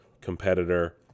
competitor